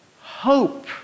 hope